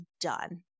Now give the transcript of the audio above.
done